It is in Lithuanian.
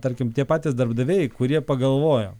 tarkim tie patys darbdaviai kurie pagalvojo